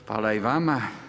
Hvala i vama.